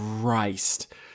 Christ